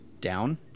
Down